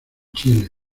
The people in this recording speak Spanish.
chile